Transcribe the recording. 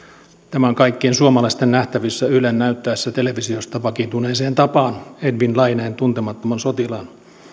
tämä on kaikkien suomalaisten nähtävissä ylen näyttäessä televisiosta vakiintuneeseen tapaan edvin laineen tuntemattoman sotilaan